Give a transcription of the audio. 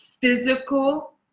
Physical